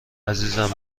عزیزم